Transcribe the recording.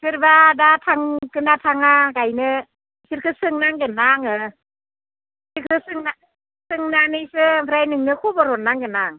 बिसोरबा दा थांगोन ना थाङा गायनो बिसोरखौ सोंनांगोन ना आङो बिसोरखौ सोंना सोंनानैसो ओमफ्राय नोंनो खबर हरनांगोन आं